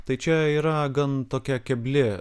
tai čia yra gan tokia kebli